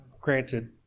granted